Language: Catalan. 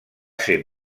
ser